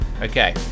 Okay